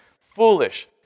foolish